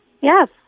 Yes